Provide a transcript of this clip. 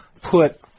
put